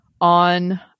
on